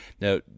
Now